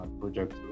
project